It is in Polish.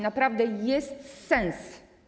Naprawdę jest sens.